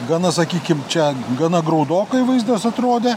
gana sakykim čia gana graudokai vaizdas atrodė